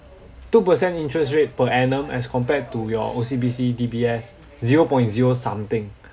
two percent interest rate per annum as compared to your O_C_B_C D_B_S zero point zero something